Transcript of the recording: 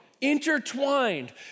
intertwined